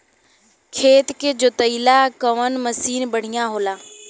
खेत के जोतईला कवन मसीन बढ़ियां होला?